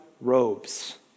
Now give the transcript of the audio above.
robes